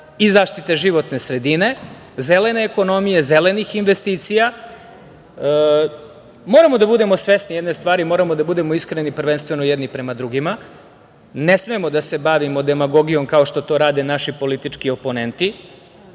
i zaštite životne sredine, zelene ekonomije, zelenih investicija? Moramo da budemo svesni jedne stvari, moramo da budemo iskreni prvenstveno jedni prema drugima, ne smemo da se bavimo demagogijom kao što to rade naši politički oponenti.